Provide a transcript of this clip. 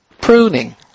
Pruning